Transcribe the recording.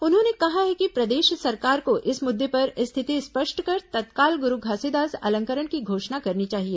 उन्होंने कहा है कि प्रदेश सरकार को इस मुद्दे पर स्थिति स्पष्ट कर तत्काल गुरू घासीदास अलंकरण की घोषणा करनी चाहिए